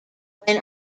when